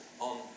on